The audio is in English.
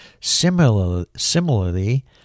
Similarly